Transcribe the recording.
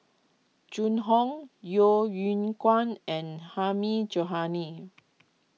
Zhu Hong Yeo Yeow Kwang and Hilmi Johandi